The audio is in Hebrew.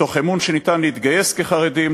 מתוך אמון שניתן להתגייס כחרדים,